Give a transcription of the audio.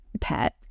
pet